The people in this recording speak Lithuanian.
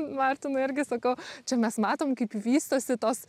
martinui irgi sakau čia mes matom kaip vystosi tos